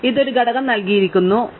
ഇത് ഒരു ഘടകം നൽകിയിരിക്കുന്നു ശരിയാണ്